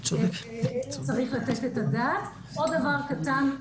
צריך לתת את הדעת על זה.